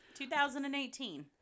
2018